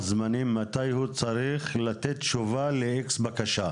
זמנים מתי הוא צריך לתת תשובה לאיקס בקשה.